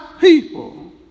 people